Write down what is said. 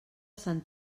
sant